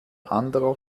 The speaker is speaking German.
anderer